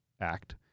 act